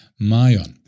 Mayon